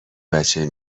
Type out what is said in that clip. بچه